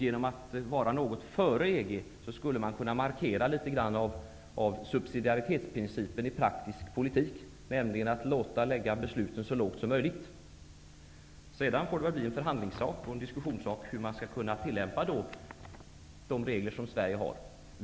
Genom att vi är något före EG skulle man kunna markera litet av subsidiaritetsprincipen i praktisk politik och lägga besluten så långt ner i hierarkin som möjligt. Sedan får det väl bli en förhandlingsfråga hur man skall kunna tillämpa de regler som Sverige har.